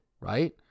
right